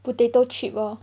potato chip lor